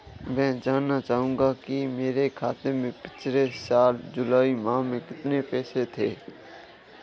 मैं जानना चाहूंगा कि मेरे खाते में पिछले साल जुलाई माह में कितने पैसे थे?